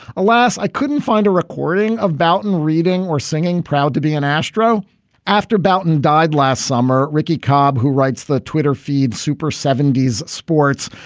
alas, i couldn't find a recording of bouton reading or singing. proud to be an astro after bouton died last summer. rickey cobb, who writes the twitter feed super seventy s sports,